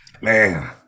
Man